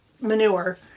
manure